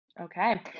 okay